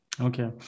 Okay